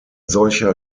solcher